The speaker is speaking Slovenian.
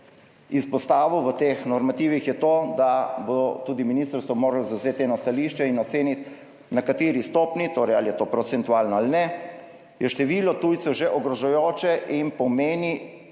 izpostavil, v teh normativih, je to, da bo tudi ministrstvo moralo zavzeti eno stališče in oceniti, na kateri stopnji, torej ali je to procentualno ali ne, je število tujcev že ogrožajoče v smislu